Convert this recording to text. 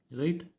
right